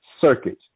circuit